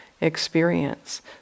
experience